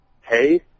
hey